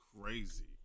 crazy